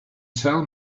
tell